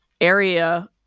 area